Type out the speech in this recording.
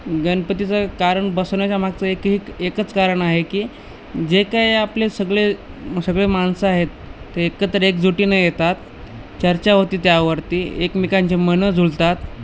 गणपतीचं कारण बसवण्याच्या मागचं एक हे एकच कारण आहे की जे काय आपले सगळे सगळे माणसं आहेत ते एकत्र एकजुटीने येतात चर्चा होती त्यावरती एकमेकांचे मनं जुळतात